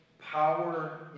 power